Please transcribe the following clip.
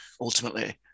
ultimately